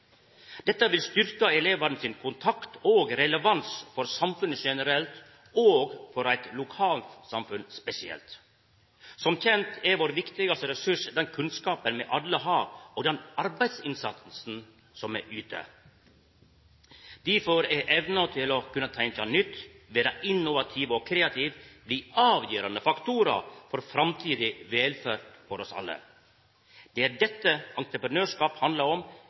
Dette vil styrkja elevane sin kontakt med og relevans for samfunnet generelt og for eit lokalt samfunn spesielt. Som kjent er vår viktigaste ressurs den kunnskapen me alle har, og den arbeidsinnsatsen som me yter. Difor kan evna til å tenkja nytt og vera innovativ og kreativ bli avgjerande faktorar for framtidig velferd for oss alle. Det er dette entreprenørskap handlar om